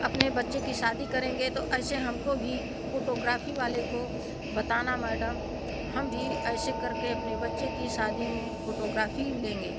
अपने बच्चे की शादी करेंगे तो ऐसे हमको भी फ़ोटोग्राफ़ी वाले को बताना मैडम हम भी ऐसे करके अपने बच्चे की शादी में फ़ोटोग्राफ़ी लेंगे